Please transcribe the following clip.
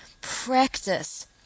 practice